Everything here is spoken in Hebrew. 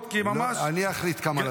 למה אתה